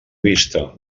vista